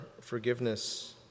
forgiveness